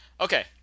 Okay